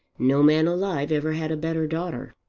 no man alive ever had a better daughter.